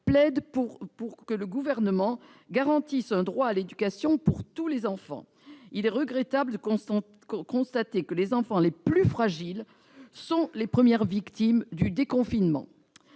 plaident pour que le Gouvernement garantisse un droit à l'éducation pour tous les enfants. Il est regrettable de devoir constater que les enfants les plus fragiles sont les premières victimes du déconfinement.